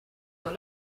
dans